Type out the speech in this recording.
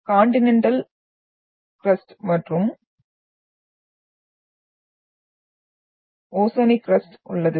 continental crust மற்றும் oceanic crust உள்ளது